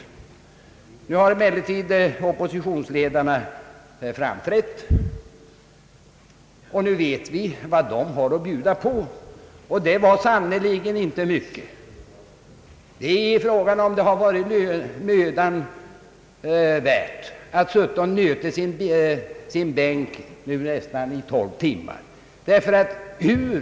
Nu har emellertid oppositionsledarna framträtt, och vi vet vad de har att bjuda på. Det är sannerligen inte mycket. Frågan är om det har varit mödan värt att sitta och nöta sin bänk i nästan tolv timmar för att lyssna.